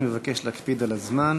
אני מבקש להקפיד על הזמן.